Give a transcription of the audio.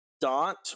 dot